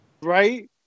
Right